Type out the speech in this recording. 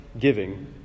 giving